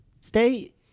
Stay